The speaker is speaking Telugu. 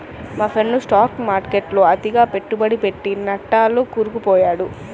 మా ఫ్రెండు స్టాక్ మార్కెట్టులో అతిగా పెట్టుబడి పెట్టి నట్టాల్లో కూరుకుపొయ్యాడు